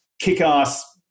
kick-ass